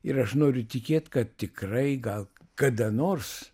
ir aš noriu tikėt kad tikrai gal kada nors